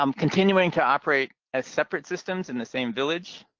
um continuing to operate as separate systems in the same village.